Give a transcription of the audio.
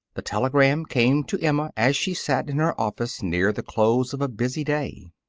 the telegram came to emma as she sat in her office near the close of a busy day.